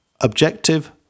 objective